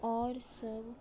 आओर सभ